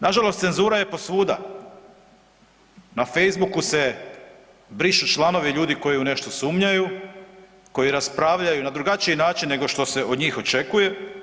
Nažalost, cenzura je posvuda, na FAcebooku se brišu članovi ljudi koji u nešto sumnjaju, koji raspravljaju na drugačiji način nego što se od njih očekuje.